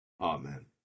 Amen